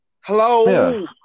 Hello